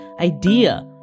idea